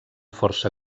força